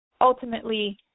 ultimately